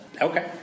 Okay